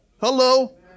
Hello